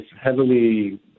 heavily